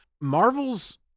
Marvel's